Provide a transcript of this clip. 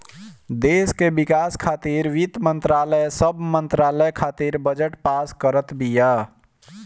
देस के विकास खातिर वित्त मंत्रालय सब मंत्रालय खातिर बजट पास करत बिया